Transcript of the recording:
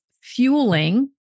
fueling